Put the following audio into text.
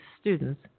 students